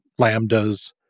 lambdas